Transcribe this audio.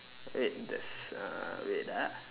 wait that's uh wait ah